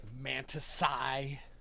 mantis-eye